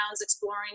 exploring